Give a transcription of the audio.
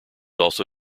also